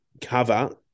Cover